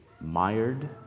Mired